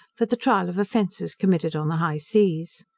for the trial of offences committed on the high seas.